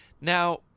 Now